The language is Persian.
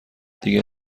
دیگه